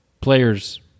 Players